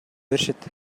беришет